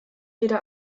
jeder